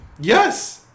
Yes